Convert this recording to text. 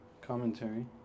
commentary